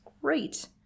great